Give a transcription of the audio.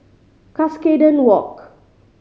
Cuscaden Walk